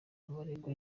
abaregwa